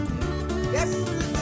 Yes